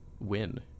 win